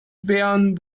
wären